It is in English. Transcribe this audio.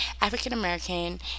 african-american